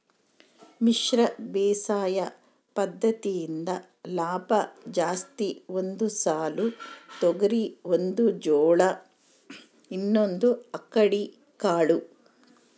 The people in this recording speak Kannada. ಮಿಶ್ರ ಬೇಸಾಯ ಪದ್ದತಿಯಿಂದ ಲಾಭ ಜಾಸ್ತಿ ಒಂದು ಸಾಲು ತೊಗರಿ ಒಂದು ಜೋಳ ಇನ್ನೊಂದು ಅಕ್ಕಡಿ ಕಾಳು